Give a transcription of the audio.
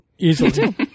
easily